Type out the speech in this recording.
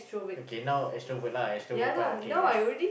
okay now extrovert lah extrovert part okay yes